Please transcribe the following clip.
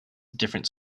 different